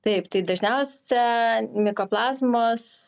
taip tai dažniausia mikoplazmos